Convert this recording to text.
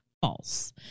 false